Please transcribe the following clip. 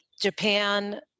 Japan